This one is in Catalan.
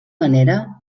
manera